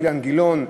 אילן גילאון,